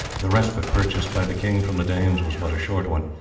the respite purchased by the king from the danes was but a short one.